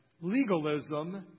Legalism